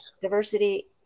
diversity